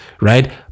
right